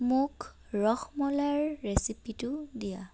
মোক ৰসমলাইৰ ৰেচিপিটো দিয়া